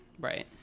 Right